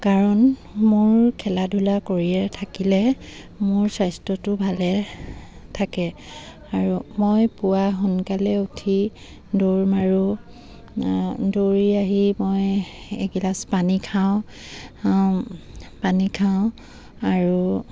কাৰণ মোৰ খেলা ধূলা কৰিয়ে থাকিলে মোৰ স্বাস্থ্যটো ভালে থাকে আৰু মই পুৱা সোনকালে উঠি দৌৰ মাৰোঁ দৌৰি আহি মই এগিলাচ পানী খাওঁ পানী খাওঁ আৰু